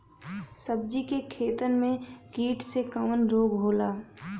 सब्जी के खेतन में कीट से कवन रोग होला?